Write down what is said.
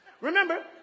Remember